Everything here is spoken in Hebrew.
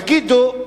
יגידו: